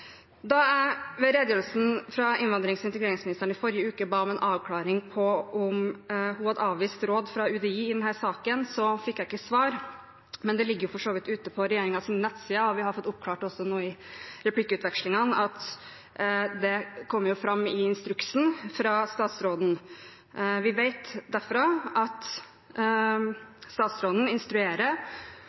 en avklaring på om hun hadde avvist råd fra UDI i denne saken, fikk jeg ikke svar. Men det ligger for så vidt ute på regjeringens nettsider, og vi har jo også fått oppklart nå i replikkutvekslingene, at det kom fram i instruksen fra statsråden. Vi vet derfor at statsråden instruerer